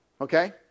okay